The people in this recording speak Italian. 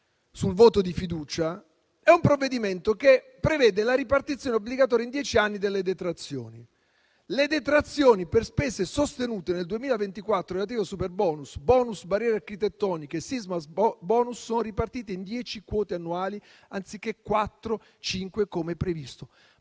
sul voto di fiducia, prevede la ripartizione obbligatoria in dieci anni delle detrazioni. Le detrazioni per spese sostenute nel 2024 relative al superbonus, bonus barriere architettoniche e sismabonus sono ripartite in dieci quote annuali anziché quattro e cinque